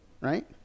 right